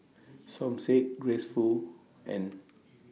Som Said Grace Fu and